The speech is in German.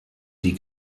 die